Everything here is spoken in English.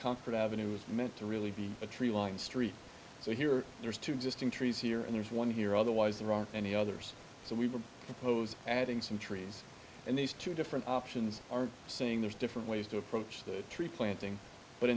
comfort avenue is meant to really be a tree lined street so here there's two distinct trees here and there's one here otherwise there aren't any others so we were supposed adding some trees and these two different options are saying there's different ways to approach the tree planting but